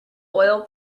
oil